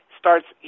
starts